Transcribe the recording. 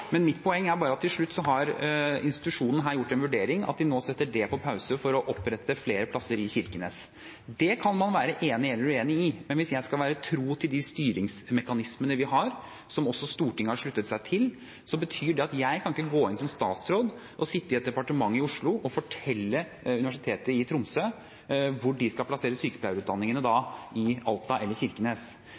Men mitt poeng er bare at til slutt har institusjonen her gjort en vurdering; at de nå setter det på pause for å opprette flere plasser i Kirkenes. Det kan man være enig eller uenig i, men hvis jeg skal være tro mot de styringsmekanismene vi har, som også Stortinget har sluttet seg til, betyr det at jeg som statsråd ikke kan gå inn, sitte i et departement i Oslo og fortelle Universitetet i Tromsø hvor de skal plassere sykepleierutdanningene, i Alta eller Kirkenes.